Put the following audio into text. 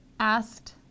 Asked